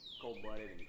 cold-blooded